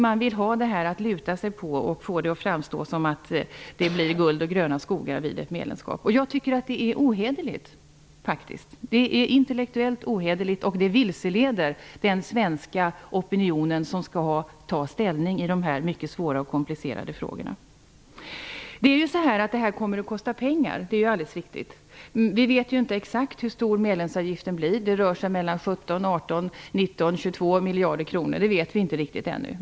Man vill ha detta att luta sig mot och få det att framstå som att det blir guld och gröna skogar vid ett medlemskap. Jag tycker att det är intellektuellt ohederligt, och det vilseleder den svenska opinionen, som skall ta ställning i de här mycket svåra och komplicerade frågorna. Det kommer att kosta pengar. Det är alldeles riktigt. Vi vet inte exakt hur stor medlemsavgiften blir. Det rör sig om mellan 17 och 22 miljarder kronor. Vi vet inte riktigt ännu.